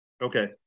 Okay